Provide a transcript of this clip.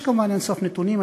יש כמובן אין-סוף נתונים,